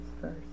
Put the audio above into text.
first